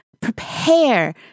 prepare